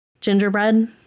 gingerbread